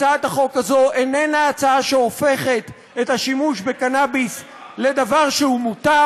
הצעת החוק הזאת איננה העצה שהופכת את השימוש בקנאביס לדבר שהוא מותר,